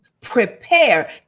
prepare